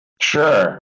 Sure